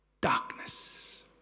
Darkness